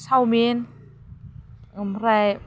सावमिन ओमफ्राय